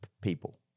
people